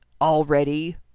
already